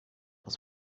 was